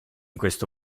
questo